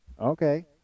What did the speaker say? Okay